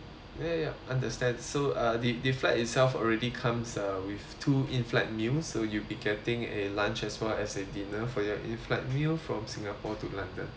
ya ya understand so uh the the flight itself already comes uh with two inflight meals so you'll be getting a lunch as well as a dinner for your inflight meal from singapore to london